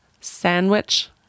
Sandwich